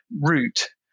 route